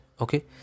okay